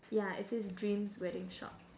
ya it says dreams wedding shop